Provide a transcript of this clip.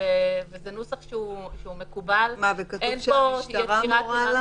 זה נוסח שהוא מקובל, שהמשטרה מורה.